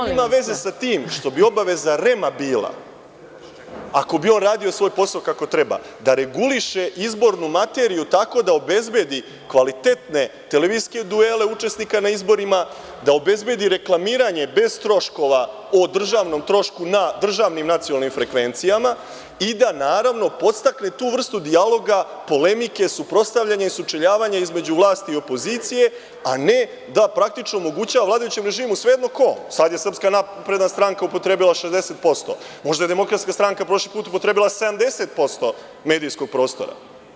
REM ima veze sa tim što bi obaveza REM-a bila, ako bi on radio svoj posao kako treba, da reguliše izbornu materiju tako da obezbedi kvalitetne televizijske duele učesnika na izborima, da obezbedi reklamiranje bez troškova, o državnom trošku na državnim nacionalnim frekvencijama i da podstakne tu vrstu dijaloga, polemike, suprotstavljanja i sučeljavanja između vlasti i opozicije, a ne da praktično omogućava vladajućem režimu, sve jedno ko, sada je SNS upotrebila 60%, možda je DS prošli put upotrebila 70% medijskog prostora.